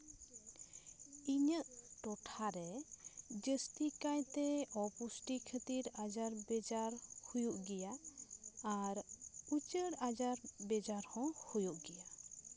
ᱤᱧᱟᱹᱜ ᱴᱚᱴᱷᱟᱨᱮ ᱡᱟᱹᱥᱛᱤ ᱠᱟᱭᱛᱮ ᱚᱯᱩᱥᱴᱤ ᱠᱷᱟᱹᱛᱤᱨ ᱟᱡᱟᱨᱼᱵᱮᱡᱟᱨ ᱦᱩᱭᱩᱜ ᱜᱮᱭᱟ ᱟᱨ ᱩᱪᱟᱹᱲ ᱟᱡᱟᱨᱼᱵᱮᱡᱟᱨ ᱦᱚᱸ ᱦᱩᱭᱩᱜ ᱜᱮᱭᱟ